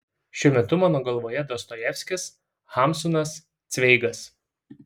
šiuo metu mano galvoje dostojevskis hamsunas cveigas